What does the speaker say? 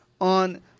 on